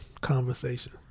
conversation